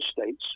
states